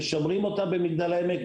משמרים אותם במגדל העמק,